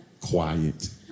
quiet